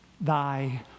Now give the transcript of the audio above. thy